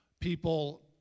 People